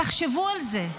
תחשבו על זה,